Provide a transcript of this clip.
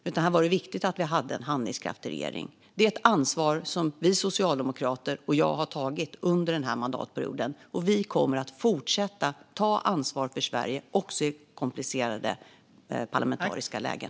Det var viktigt att vi hade en handlingskraftig regering då. Detta är ett ansvar som vi socialdemokrater och jag har tagit under den här mandatperioden, och vi kommer att fortsätta ta ansvar för Sverige - också i komplicerade parlamentariska lägen.